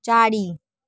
चारि